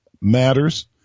matters